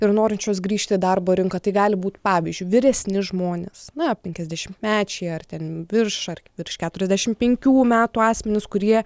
ir norinčios grįžti į darbo rinką tai gali būt pavyzdžiui vyresni žmonės na penkiasdešimtmečiai ar ten virš ar virš keturiasdešim penkių metų asmenys kurie